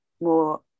more